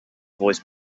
voice